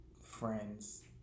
friends